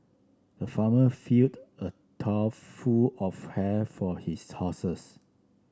the farmer filled a trough full of hay for his horses